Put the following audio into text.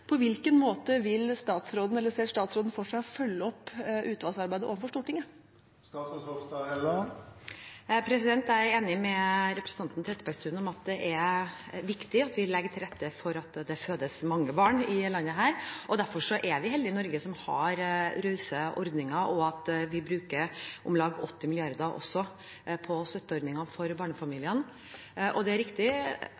ser statsråden for seg å følge opp utvalgsarbeidet overfor Stortinget? Jeg er enig med representanten Trettebergstuen i at det er viktig at vi legger til rette for at det kan fødes mange barn i dette landet. Derfor er vi heldige i Norge som har rause ordninger, og vi bruker om lag 80 mrd. kr på støtteordninger for